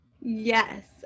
Yes